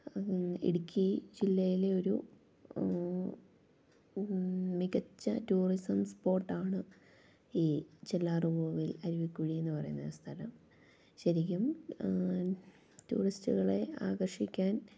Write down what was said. ഇടുക്കി ജില്ലയിലെ ഒരു മികച്ച ടൂറിസം സ്പോട്ടാണ് ഈ ചെല്ലാർകോവിൽ അരുവിക്കുഴി എന്ന് പറയുന്ന സ്ഥലം ശരിക്കും ടൂറിസ്റ്റുകളെ ആകർഷിക്കാൻ